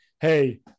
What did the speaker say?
hey